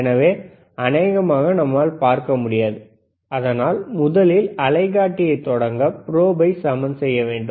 எனவே அநேகமாக நம்மால் பார்க்க முடியாது ஆனால் முதலில் அலைக்காட்டியை தொடங்க ப்ரோபை சமன் செய்ய வேண்டும்